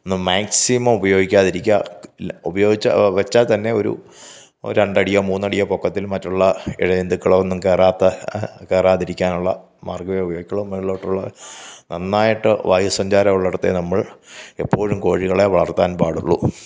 maximum ഉപയോഗിക്കാതെ ഇരിക്കുക ഉപയോഗിച്ച വെച്ചാൽ തന്നെ ഒരു രണ്ടടിയോ മൂന്നടിയോ പൊക്കത്തിൽ മറ്റുള്ള ഇഴജന്തുക്കളോ ഒന്നും കയറാത്ത കയറാതിരിക്കാനുള്ള മാർഗമേ ഉപയോഗിക്കുകയുള്ളൂ മേലിലോട്ടുള്ള നന്നായിട്ട് വായുസഞ്ചാരമുള്ളടുത്തെ നമ്മൾ എപ്പോഴും കോഴികളെ വളർത്താൻപാടുള്ളു